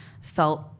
felt